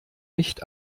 nicht